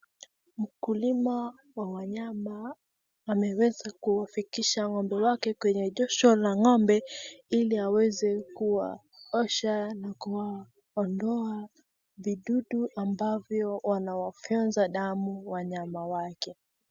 Mkulima wa wanyama ameweza kuwafikisha ng'ombe wake kwenye joshol la ng'ombe ili aweze kuwaosha na kuwaondoa vidudu ambavyo wanawafyonza damu wanyama wake.